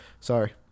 sorry